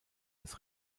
des